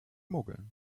mogeln